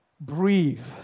breathe